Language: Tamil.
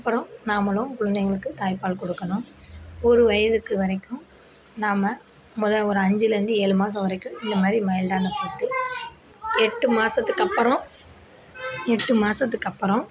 அப்பறம் நாமளும் குழந்தைகளுக்கு தாய் பால் கொடுக்கணும் ஒரு வயதுக்கு வரைக்கும் நாம முத ஒரு அஞ்சிலேருந்து ஏழு மாதம் வரைக்கும் இந்தமாதிரி மைல்டான ஃபுட் எட்டு மாசத்துக்கு அப்பறம் எட்டு மாதத்துக்கு அப்பறம்